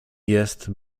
jest